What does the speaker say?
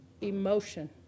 emotion